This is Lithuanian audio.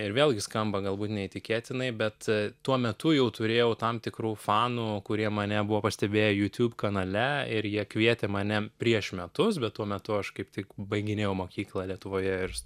ir vėlgi skamba galbūt neįtikėtinai bet tuo metu jau turėjau tam tikrų fanų kurie mane buvo pastebėję jutub kanale ir jie kvietė mane prieš metus bet tuo metu aš kaip tik baiginėjau mokyklą lietuvoje ir